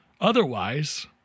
Otherwise